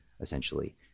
essentially